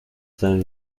then